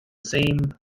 same